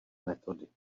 metody